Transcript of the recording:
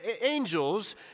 angels